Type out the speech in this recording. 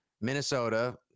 Minnesota